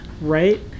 Right